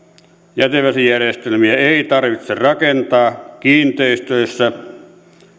jätevesijärjestelmiä ei tarvitse rakentaa kiinteistöissä